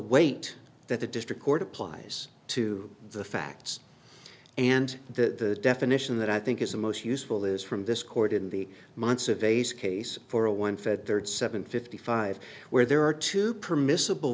weight that the district court applies to the facts and the definition that i think is the most useful is from this court in the months of a's case for a one fed dirt seven fifty five where there are two permissible